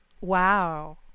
Wow